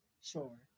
Sure